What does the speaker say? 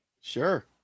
sure